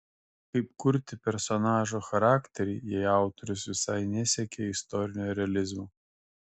kaip kurti personažo charakterį jei autorius visai nesiekė istorinio realizmo